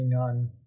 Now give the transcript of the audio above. on